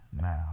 now